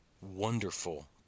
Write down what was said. wonderful